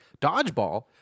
Dodgeball